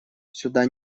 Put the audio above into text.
сюда